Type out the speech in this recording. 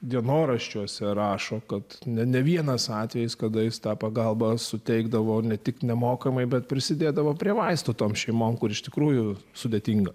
dienoraščiuose rašo kad ne vienas atvejis kada jis tą pagalbą suteikdavo ne tik nemokamai bet prisidėdavo prie vaistų toms šeimoms kur iš tikrųjų sudėtinga